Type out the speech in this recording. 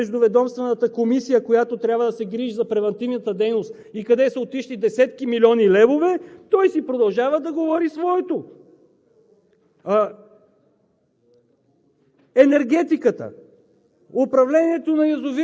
И когато колегите ми правилно му поставят въпроса какво работи Междуведомствената комисия, която трябва да се грижи за превантивната дейност и къде са отишли десетки милиони левове, той продължава да си говори своето.